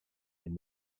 and